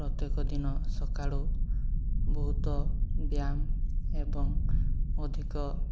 ପ୍ରତ୍ୟେକ ଦିନ ସକାଳୁ ବହୁତ ବ୍ୟାୟାମ ଏବଂ ଅଧିକ